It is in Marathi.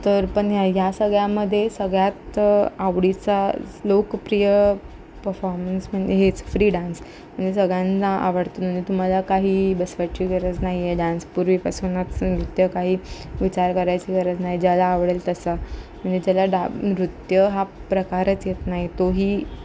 तर पण ह्या या सगळ्यामध्ये सगळ्यात आवडीचाच लोकप्रिय परफॉर्मन्स म्हंजे हेच फ्री डान्स म्हणजे सगळ्यांना आवडतो तुम्हाला काही बसवायची गरज नाही आहे डान्स पूर्वीपासूनच नृत्य काही विचार करायची गरज नाही ज्याला आवडेल तसा म्हणजे ज्याला डा नृत्य हा प्रकारच येत नाही तोही